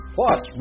Plus